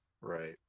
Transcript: right